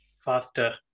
faster